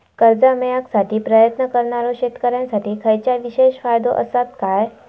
कर्जा मेळाकसाठी प्रयत्न करणारो शेतकऱ्यांसाठी खयच्या विशेष फायदो असात काय?